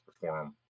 perform